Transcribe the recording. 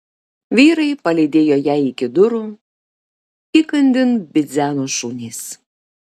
vyrai palydėjo ją iki durų įkandin bidzeno šunys